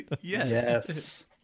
yes